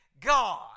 God